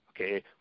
okay